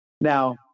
now